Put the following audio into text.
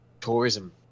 tourism